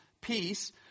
peace